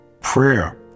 Prayer